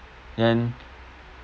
and